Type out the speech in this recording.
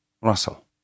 Russell